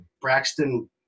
Braxton